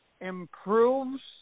improves